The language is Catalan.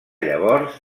llavors